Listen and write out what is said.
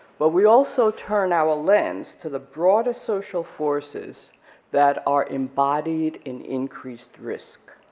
but we also turn our lens to the broader social forces that are embodied in increased risk.